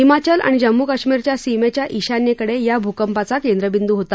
हिमाचल आणि जम्मू कश्मीरच्या सीमेच्या ईशान्येकडे या भूकंपाचा केंद्रबिंदू होता